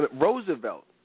Roosevelt